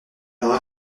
alors